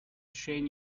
shane